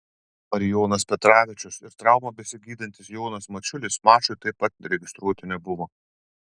marijonas petravičius ir traumą besigydantis jonas mačiulis mačui taip pat registruoti nebuvo